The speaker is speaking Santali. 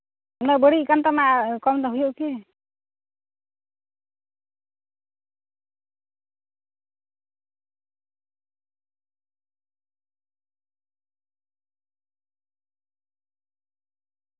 ᱚᱱᱟ ᱵᱟᱹᱲᱤᱡ ᱟᱠᱟᱱ ᱛᱟᱢᱟ ᱮᱠᱷᱚᱱ ᱫᱚ ᱦᱩᱭᱩᱜᱼᱟ ᱠᱤ